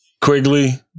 Quigley